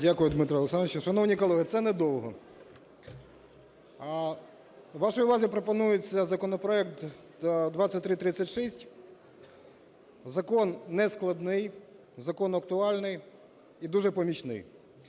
Дякую, Дмитро Олександрович. Шановні колеги, це недовго. Вашій увазі пропонується законопроект 2336. Закон не складний, закон актуальний і дуже помічний.